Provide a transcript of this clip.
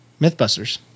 Mythbusters